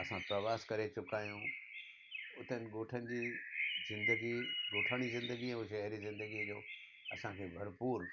असां प्रवास करे चुका आहियूं हुतनि ॻोठनि जी ज़िंदगी ज़िंदगी ॻोठाणी ज़िंदगीअ हुजे अहिड़ी ज़िंदगीअ जो असांखे भरपूरु